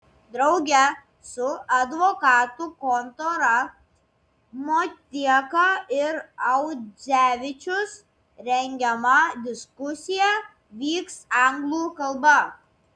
drauge su advokatų kontora motieka ir audzevičius rengiama diskusija vyks anglų kalba